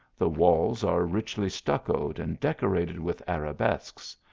the walls are richly stuccoed and decorated with arabesques,